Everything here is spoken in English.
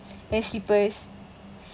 wear slippers